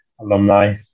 alumni